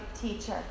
teacher